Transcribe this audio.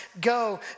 go